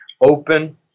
open